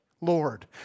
Lord